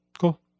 Cool